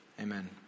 Amen